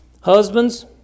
Husbands